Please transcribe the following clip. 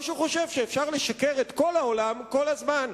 או שהוא חושב שאפשר לשקר לכל העולם כל הזמן,